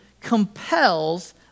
compels